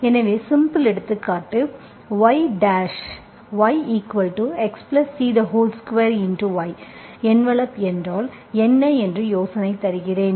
எனவே சிம்பிள் எடுத்துக்காட்டு y டாஸ் y yxc2y என்வெலப் என்றால் என்ன என்று யோசனை தருகிறேன்